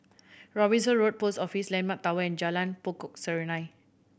Robinson Road Post Office Landmark Tower and Jalan Pokok Serunai